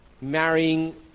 Marrying